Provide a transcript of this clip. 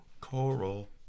Coral